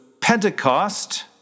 Pentecost